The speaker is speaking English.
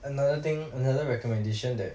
another thing another recommendation that